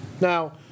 Now